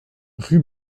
rue